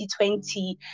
2020